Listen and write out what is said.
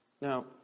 Now